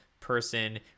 person